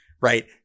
right